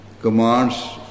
commands